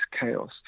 chaos